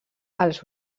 als